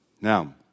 Now